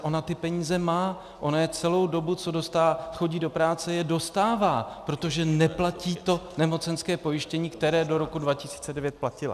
Ona ty peníze má, ona je celou dobu, co chodí do práce, dostává, protože neplatí nemocenské pojištění, které do roku 2009 platila.